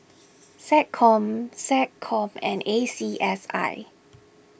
SecCom SecCom and A C S I